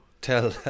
tell